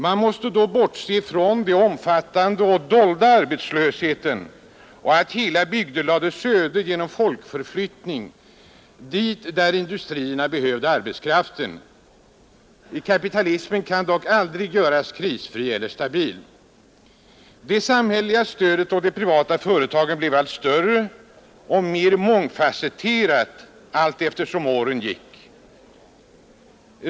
Man måste då bortse från den omfattande dolda arbetslösheten och från att hela bygder lades öde genom folkförflyttning till de platser där industrierna behövde arbetskraften. Kapitalismen kan dock aldrig göras krisfri eller stabil. Det samhälleliga stödet åt de privata företagen blev allt större och mer mångfasetterat allteftersom åren gick.